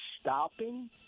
stopping